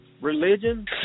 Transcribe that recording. religion